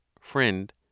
FRIEND